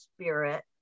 spirit